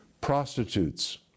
Prostitutes